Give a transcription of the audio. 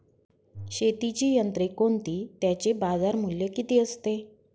शेतीची यंत्रे कोणती? त्याचे बाजारमूल्य किती असते?